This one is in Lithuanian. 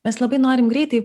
mes labai norim greitai